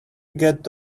get